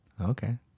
okay